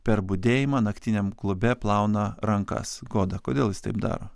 per budėjimą naktiniam klube plauna rankas goda kodėl jis taip daro